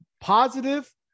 positive